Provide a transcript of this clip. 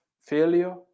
failure